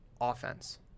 offense